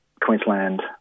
Queensland